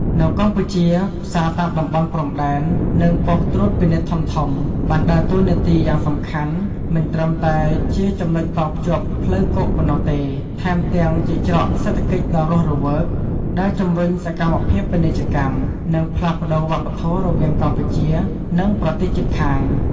នៅកម្ពុជា ផ្សារតាមតំបន់ព្រំដែន និងប៉ុស្តិ៍ត្រួតពិនិត្យធំៗបានដើរតួនាទីយ៉ាងសំខាន់ មិនត្រឹមតែជាចំណុចតភ្ជាប់ផ្លូវគោកប៉ុណ្ណោះទេ ថែមទាំងជា ច្រកសេដ្ឋកិច្ចដ៏រស់រវើក ដែលជំរុញសកម្មភាពពាណិជ្ជកម្ម និងផ្លាស់ប្តូរវប្បធម៌រវាងកម្ពុជា និងប្រទេសជិតខាង។